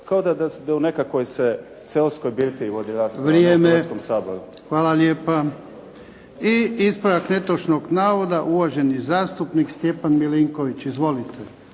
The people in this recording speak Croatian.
kao da u nekakvoj se seoskoj birtiji vodi rasprava, a ne u Hrvatskom saboru. **Jarnjak, Ivan (HDZ)** Hvala lijepa. I ispravak netočnog navoda, uvaženi zastupnik Stjepan Milinković. Izvolite.